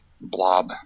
blob